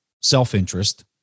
self-interest